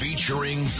Featuring